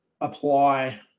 apply